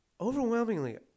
overwhelmingly